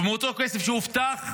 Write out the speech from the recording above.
ומאותו כסף שהובטח,